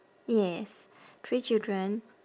yes three children